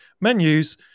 menus